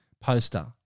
poster